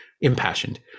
impassioned